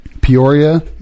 Peoria